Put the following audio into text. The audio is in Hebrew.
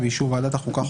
באישור ועדת החוקה,